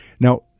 Now